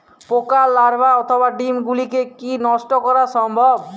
পোকার লার্ভা অথবা ডিম গুলিকে কী নষ্ট করা সম্ভব?